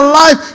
life